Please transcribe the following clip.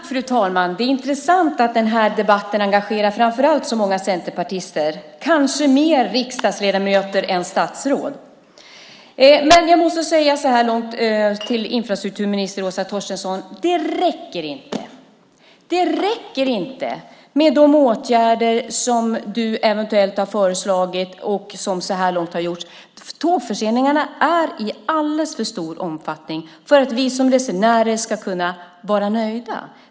Fru talman! Det är intressant att den här debatten engagerar framför allt så många centerpartister, kanske mer riksdagsledamöter än statsråd. Jag måste säga så här långt till infrastrukturminister Åsa Torstensson att det inte räcker. Det räcker inte med de åtgärder som du eventuellt har föreslagit och som så här långt har gjorts. Tågförseningarna har alldeles för stor omfattning för att vi som resenärer ska kunna vara nöjda.